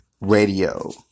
Radio